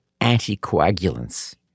anticoagulants